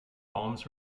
palms